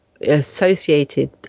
associated